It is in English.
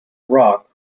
rock